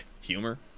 humor